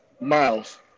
Miles